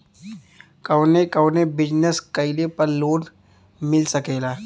कवने कवने बिजनेस कइले पर लोन मिल सकेला?